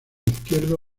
izquierdo